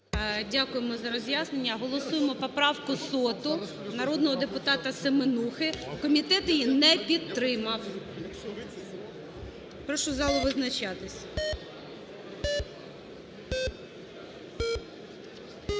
Дякуємо за роз'яснення. Голосуємо поправку соту народного депутата Семенухи. Комітет її не підтримав. Прошу залу визначатись.